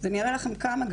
החזרנו שני עוברים